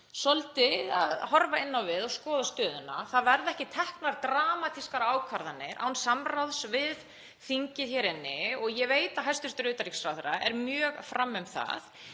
svolítið að horfa inn á við og skoða stöðuna. Það verða ekki teknar dramatískar ákvarðanir án samráðs við þingið og ég veit að hæstv. utanríkisráðherra er mjög áfram um það.